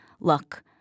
look—